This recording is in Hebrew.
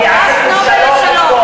פרס נובל לשלום,